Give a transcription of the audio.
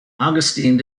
augustine